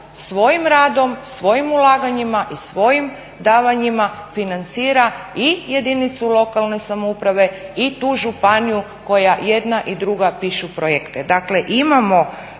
svojim radom, svojim ulaganjima i svojim davanjima financira i jedinicu lokalne samouprave i tu županiju koja jedna i druga pišu projekte.